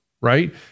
right